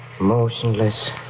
motionless